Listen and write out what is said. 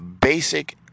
basic